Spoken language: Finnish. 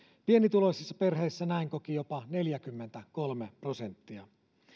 pienituloisissa perheissä näin koki jopa neljäkymmentäkolme prosenttia